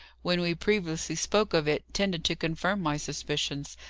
when we previously spoke of it, tended to confirm my suspicions,